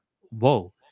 whoa